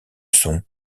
son